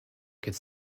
could